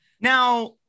Now